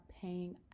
paying